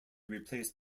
replaced